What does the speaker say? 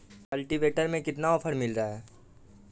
Cultivator में कितना offer मिल रहा है?